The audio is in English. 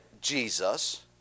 Jesus